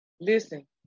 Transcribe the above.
listen